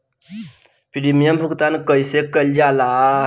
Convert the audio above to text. Premium भुगतान कइसे कइल जाला?